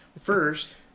First